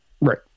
Right